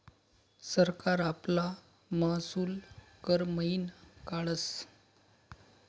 सरकार आपला महसूल कर मयीन काढस